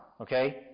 okay